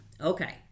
Okay